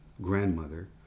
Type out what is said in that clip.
grandmother